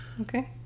okay